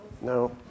No